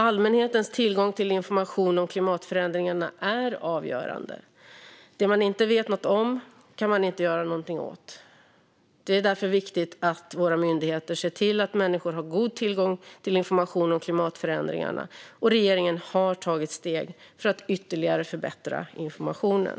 Allmänhetens tillgång till information om klimatförändringarna är avgörande. Det man inte vet något om kan man inte göra något åt. Därför är det viktigt att våra myndigheter ser till att människor har god tillgång till information om klimatförändringarna. Och regeringen har tagit steg för att ytterligare förbättra informationen.